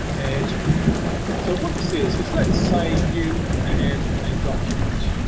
and so what this is, is lets say you had a document